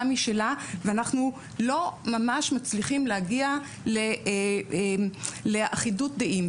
משלה ואנחנו לא ממש מצליחים להגיע לאחידות דעים.